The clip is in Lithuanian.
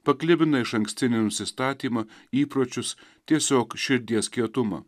paklibina išankstinį nusistatymą įpročius tiesiog širdies kietumą